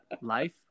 life